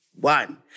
One